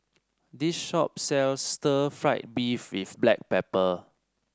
this shop sells Stir Fried Beef with Black Pepper